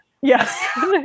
Yes